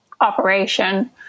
operation